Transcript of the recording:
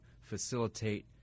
facilitate